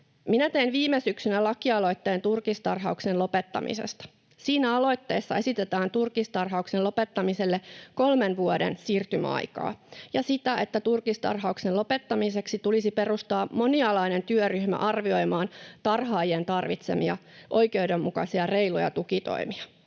Tein viime syksynä lakialoitteen turkistarhauksen lopettamisesta. Siinä aloitteessa esitetään turkistarhauksen lopettamiselle kolmen vuoden siirtymäaikaa ja sitä, että turkistarhauksen lopettamiseksi tulisi perustaa monialainen työryhmä arvioimaan tarhaajien tarvitsemia oikeudenmukaisia ja reiluja tukitoimia.